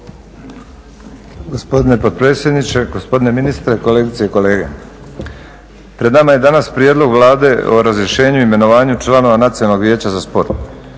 Gospodine potpredsjedniče, gospodine ministre, kolegice i kolege pred nama je danas prijedlog Vlade o razrješenju i imenovanju članova Nacionalnog vijeća za sport.